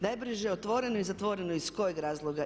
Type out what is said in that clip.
Najbrže otvoreno i zatvoreno, iz kojeg razloga?